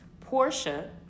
Portia